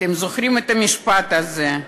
אתם זוכרים את המשפט הזה: